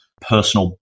personal